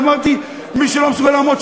ואמרתי: מי שלא מסוגל לעמוד,